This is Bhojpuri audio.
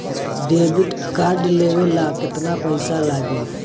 डेबिट कार्ड लेवे ला केतना पईसा लागी?